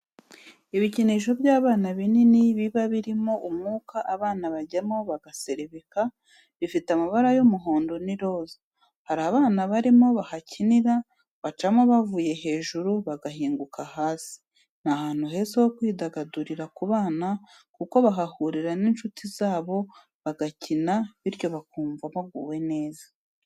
Ibikinisho by'abana binini biba birimo umwuka abana bajyamo bagaserebeka, bifite amabara y'umuhondo n'iroza, hari abana barimo bahakinira bacamo bavuye hejuru bagahinguka hasi, ni ahantu heza ho kwidagadurira ku bana kuko bahahurira n'inshuti zabo bagakina bityo bakumva baguwe neza.